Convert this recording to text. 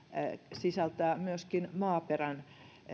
sisältää myöskin maaperän